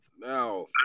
Now